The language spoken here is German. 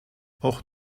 och